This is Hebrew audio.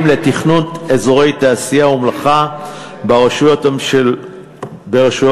לתכנון אזורי תעשייה ומלאכה ברשויות המיעוטים.